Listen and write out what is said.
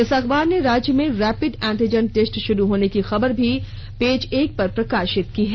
इस अखबार ने राज्य में रैपिड एंटीजन टेस्ट शुरू होने की खबर भी पेज एक प्रकाशित की है